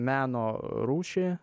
meno rūšį